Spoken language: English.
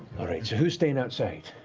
who's staying outside?